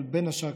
אבל בין השאר,